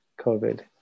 COVID